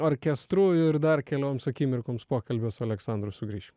orkestru ir dar kelioms akimirkoms pokalbio su aleksandru sugrįšim